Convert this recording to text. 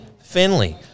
Finley